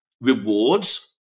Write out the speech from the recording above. rewards